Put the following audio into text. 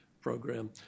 program